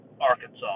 Arkansas